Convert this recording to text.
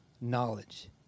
knowledge